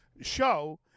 show